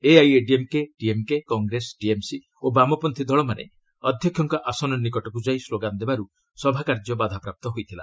AIADMK DMK Congress TMC ଓ ବାମପନ୍ତ୍ରୀ ଦଳମାନେ ଅଧ୍ୟକ୍ଷଙ୍କ ଆସନ ନିକଟକୁ ଯାଇ ସ୍କୋଗାନ୍ ଦେବାରୁ ସଭାକାର୍ଯ୍ୟ ବାଧାପ୍ରାପ୍ତ ହୋଇଥିଲା